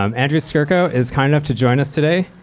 um andrew skurka is kind enough to join us today.